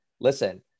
listen